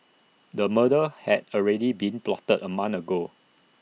the murder had already been plotted A month ago